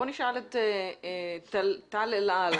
בואו נשאל את טל אל-על,